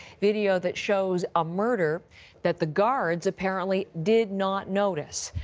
video that shows a murder that the guards apparently did not notice.